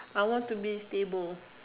I want to be stable